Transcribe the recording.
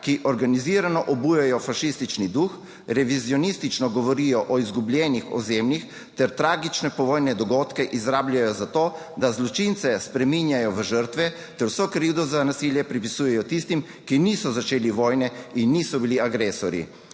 ki organizirano obujajo fašistični duh, revizionistično govorijo o izgubljenih ozemljih ter tragične povojne dogodke izrabljajo za to, da zločince spreminjajo v žrtve ter vso krivdo za nasilje pripisujejo tistim, ki niso začeli vojne in niso bili agresorji.